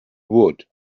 would